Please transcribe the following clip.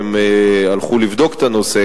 והם הלכו לבדוק את הנושא,